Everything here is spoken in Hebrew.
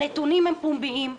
הנתונים הם פומביים.